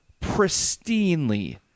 pristinely